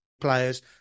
players